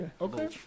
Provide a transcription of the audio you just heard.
Okay